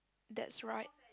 that's right